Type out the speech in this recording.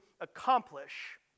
accomplish